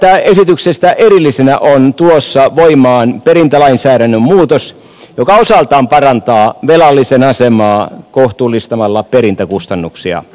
todettakoon että esityksestä erillisenä on tulossa voimaan perintälainsäädännön muutos joka osaltaan parantaa velallisen asemaa kohtuullistamalla perintäkustannuksia